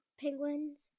penguins